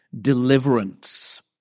Deliverance